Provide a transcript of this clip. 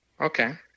Okay